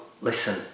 listen